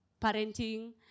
parenting